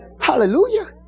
Hallelujah